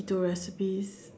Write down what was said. do recipes